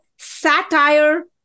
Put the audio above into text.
satire